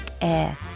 air